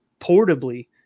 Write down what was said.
portably